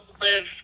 live